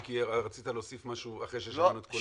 מיקי, רצית להוסיף משהו אחרי ששמענו את כולם?